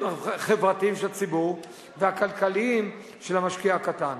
החברתיים של הציבור והצרכים הכלכליים של המשקיע הקטן.